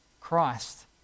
Christ